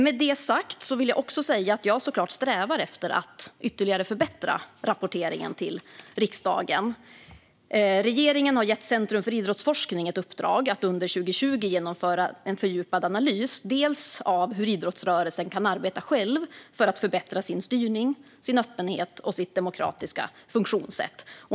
Med detta sagt strävar jag såklart efter att ytterligare förbättra rapporteringen till riksdagen. Regeringen har gett Centrum för idrottsforskning i uppdrag att under 2020 genomföra en fördjupad analys av hur idrottsrörelsen själv kan arbeta för att förbättra sin styrning, sin öppenhet och sitt demokratiska funktionssätt.